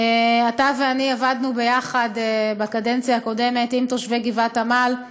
אתה ואני עבדנו ביחד בקדנציה הקודמת עם תושבי גבעת עמל.